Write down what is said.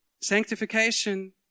Sanctification